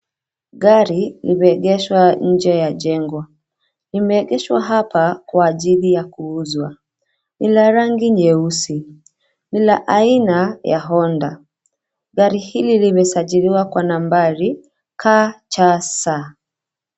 Gari limeegeshwa nje ya jengo, limeegeshwa hapa kwa ajili ya kuuzwa, ni la rangi nyeusi, ni la aina ya Honda. Gari hili limesajiriwa kwa nambari KCS.